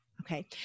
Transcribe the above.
Okay